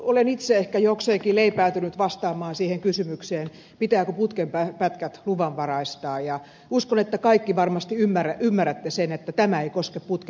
olen itse ehkä jokseenkin leipääntynyt vastaamaan siihen kysymykseen pitääkö putken pätkät luvanvaraistaa ja uskon että kaikki varmasti ymmärrätte sen että tämä ei koske putken pätkiä